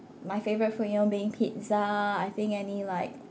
my favourite food you know being pizza I think any like